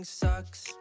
sucks